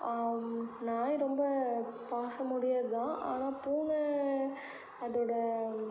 நாய் ரொம்ப பாசம் உடையதுதான் ஆனால் பூனை அதோட